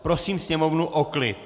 Prosím sněmovnu o klid!